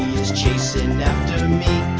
is chasing after me.